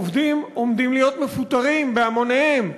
עובדים עומדים להיות מפוטרים בהמוניהם,